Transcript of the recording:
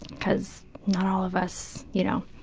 because not all of us, you know,